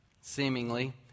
seemingly